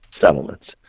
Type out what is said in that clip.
settlements